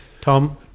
Tom